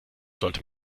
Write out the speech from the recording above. sollte